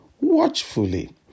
watchfully